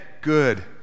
good